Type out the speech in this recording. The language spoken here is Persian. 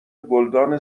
گلدان